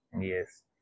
Yes